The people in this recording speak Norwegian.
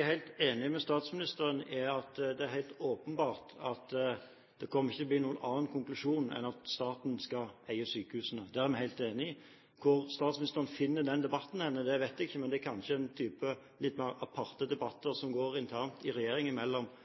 er helt enig med statsministeren i at det er helt åpenbart at konklusjonen ikke kommer til å bli noen annen enn at staten skal eie sykehusene. Der er vi helt enig. Hvor statsministeren finner den debatten, det vet jeg ikke. Det er kanskje en type litt mer aparte debatter